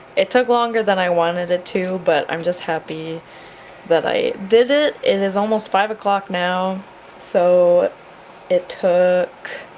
it took longer than i wanted it to but i'm just happy that i did it, it is almost five o'clock now so it took